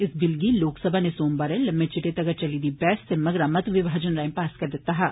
इस बिल गी लोकसभा नै सोमवारे लम्मे चिरे तगर चली दी बैहस ते मगरा मत विभाजन राएं पास करी दिता हा